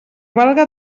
valga